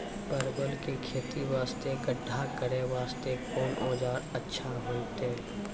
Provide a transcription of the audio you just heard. परवल के खेती वास्ते गड्ढा करे वास्ते कोंन औजार अच्छा होइतै?